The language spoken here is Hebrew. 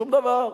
שום דבר.